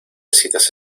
citas